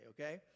okay